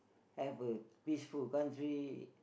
have a peaceful country